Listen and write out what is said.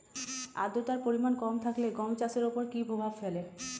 আদ্রতার পরিমাণ কম থাকলে গম চাষের ওপর কী প্রভাব ফেলে?